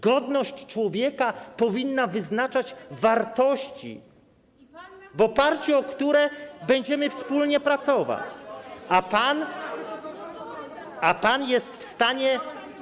Godność człowieka powinna wyznaczać wartości, w oparciu o które będziemy wspólnie pracować, a pan jest w stanie.